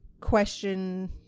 question